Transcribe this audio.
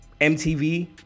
MTV